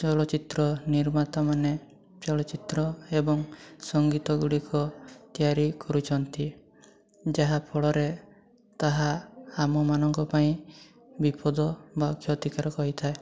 ଚଳଚ୍ଚିତ୍ର ନିର୍ମାତାମାନେ ଚଳଚ୍ଚିତ୍ର ଏବଂ ସଙ୍ଗୀତଗୁଡ଼ିକ ତିଆରି କରିଛନ୍ତି ଯାହାଫଳରେ ତାହା ଆମମାନଙ୍କ ପାଇଁ ବିପଦ ବା କ୍ଷତିକାରକ ହୋଇଥାଏ